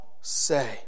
say